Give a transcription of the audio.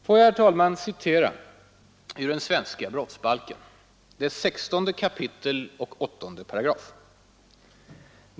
Får jag citera ur den svenska brottsbalken, dess 16 kapitel och 8 §.